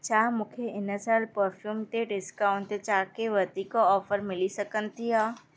छा मूंखे इन साल परफ़्यूम ते डिस्काउंट जा के वधीक ऑफर मिली सघंदी आहे